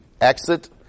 exit